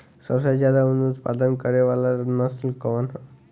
सबसे ज्यादा उन उत्पादन करे वाला नस्ल कवन ह?